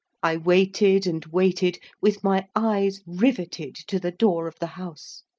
i waited and waited, with my eyes riveted to the door of the house.